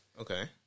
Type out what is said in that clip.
Okay